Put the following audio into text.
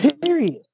Period